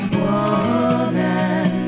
woman